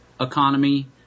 economy